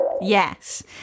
Yes